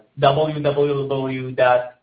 www